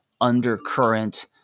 undercurrent